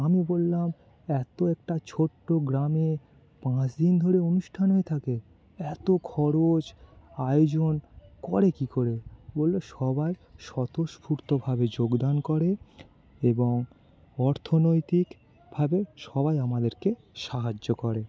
আমি বললাম এত একটা ছোট্ট গ্রামে পাঁচ দিন ধরে অনুষ্ঠান হয়ে থাকে এত খরচ আয়োজন করে কী করে বলল সবাই স্বতঃস্ফূর্তভাবে যোগদান করে এবং অর্থনৈতিকভাবে সবাই আমাদেরকে সাহায্য করে